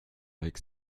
avec